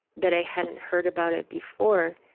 that i hadn't heard about it before.